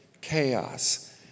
chaos